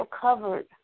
covered